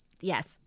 yes